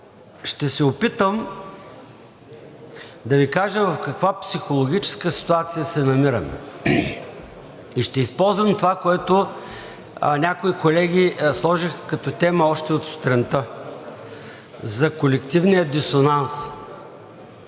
ще се опитам да Ви кажа в каква психологическа ситуация се намираме и ще използвам това, което някои колеги сложиха като тема още от сутринта – за колективния дисонанс,